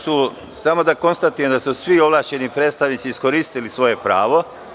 Samo da konstatujem da su svi ovlašćeni predstavnici iskoristili svoje pravo.